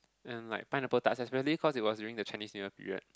and like pineapple tarts especially cause it was during the Chinese New Year period